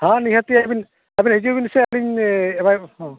ᱦᱮᱸ ᱱᱤᱦᱟᱹᱛᱤ ᱟᱹᱵᱤᱱ ᱟᱹᱵᱤᱱ ᱦᱤᱡᱩᱜ ᱵᱮᱱ ᱥᱮ ᱟᱹᱞᱤᱧ ᱮᱢᱟᱵᱤᱱ